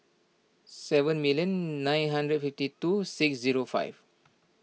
seven million nine hundred fifty two six zero five